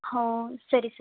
ಹೋ ಸರಿ ಸರ್